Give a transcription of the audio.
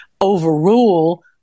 overrule